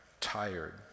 tired